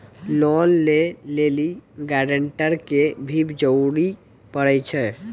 Loan लै लेली guarantor के भी जरूरी पड़ै छै?